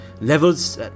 levels